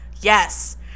Yes